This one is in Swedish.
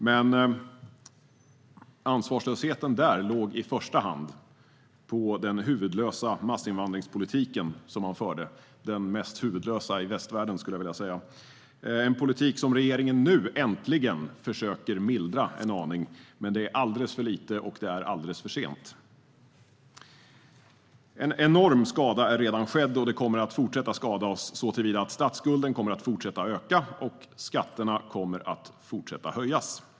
Men då låg ansvarslösheten i första hand i den huvudlösa massinvandringspolitik som fördes - den mest huvudlösa i västvärlden, vill jag påstå. Det är en politik som regeringen nu äntligen försöker mildra en aning, men det är alldeles för lite och alldeles för sent. En enorm skada är redan skedd, och det kommer att fortsätta skada oss eftersom statsskulden kommer att fortsätta öka och skatterna kommer att fortsätta höjas.